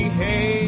hey